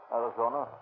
Arizona